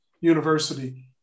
university